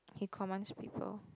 he commands people